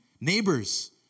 Neighbors